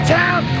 town